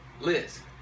Liz